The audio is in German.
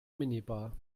minibar